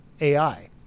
AI